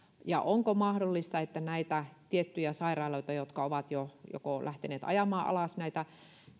onko mahdollista että näitä tiettyjä sairaaloita jotka ovat jo jo lähteneet ajamaan alas